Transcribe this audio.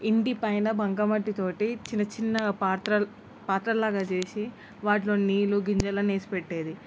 ఇంటి పైన బంకమట్టి తోటి చిన్న చిన్న పాత్ర పాత్రలాగా చేసి వాటిలో నీళ్ళు గింజలను వేసి పెట్టేది